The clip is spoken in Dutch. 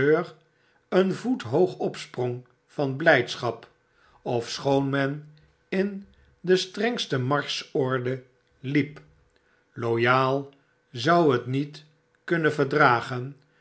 een voet hoog opsprong van blydschap ofschoon men in de strengste marschorde liep loyal zou het niet kunnen verdragen